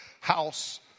house